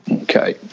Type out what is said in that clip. Okay